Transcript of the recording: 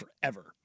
forever